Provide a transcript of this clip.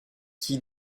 qui